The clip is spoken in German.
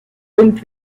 und